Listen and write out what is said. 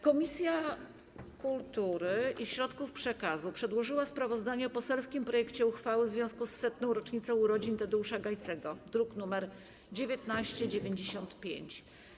Komisja Kultury i Środków Przekazu przedłożyła sprawozdanie o poselskim projekcie uchwały w związku z setną rocznicą urodzin Tadeusza Gajcego, druk nr 1995.